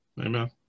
Amen